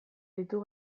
ditu